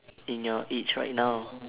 in your age right now